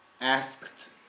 asked